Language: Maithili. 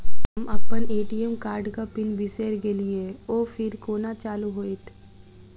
हम अप्पन ए.टी.एम कार्डक पिन बिसैर गेलियै ओ फेर कोना चालु होइत?